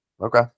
okay